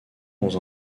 dans